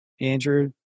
Andrew